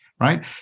right